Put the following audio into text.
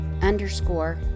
underscore